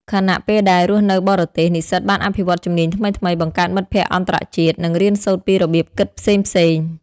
ខណៈពេលដែលរស់នៅបរទេស និស្សិតបានអភិវឌ្ឍជំនាញថ្មីៗ បង្កើតមិត្តភក្តិអន្តរជាតិ និងរៀនសូត្រពីរបៀបគិតផ្សេងៗ។